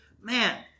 man